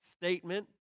statement